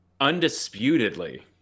Undisputedly